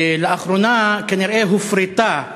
לאחרונה הופרט כנראה